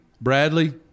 Bradley